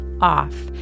off